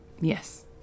Yes